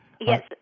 Yes